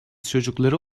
çocukları